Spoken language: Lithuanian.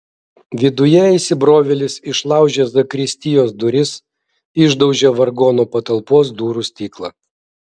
viduje įsibrovėlis išlaužė zakristijos duris išdaužė vargonų patalpos durų stiklą